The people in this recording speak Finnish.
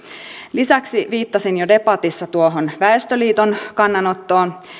lisäksi viittasin jo debatissa tuohon väestöliiton kannanottoon